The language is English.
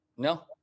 No